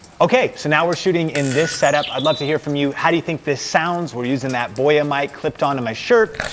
okay, so now we're shooting in this set up. i'd love to hear from you, how do you think this sounds, we're using that boya mic clipped onto my shirt.